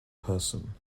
person